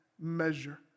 measure